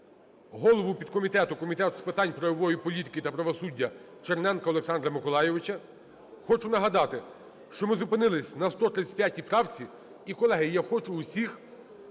голову підкомітету Комітету з питань правової політики та правосуддя Черненка Олександра Миколайовича. Хочу нагадати, що ми зупинились на 135 правці. І, колеги, я хочу всіх